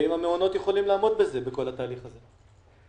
והאם המעונות יכולים לעמוד בכל התהליך הזה?